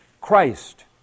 Christ